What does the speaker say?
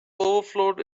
overflowed